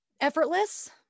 effortless